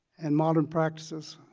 and modern practices,